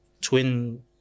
twin